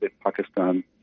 Pakistan